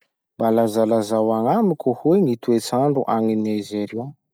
Mba lazalazao agnamiko hoe gny toetsandro agny Nizeria?